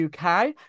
UK